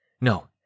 No